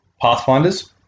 Pathfinders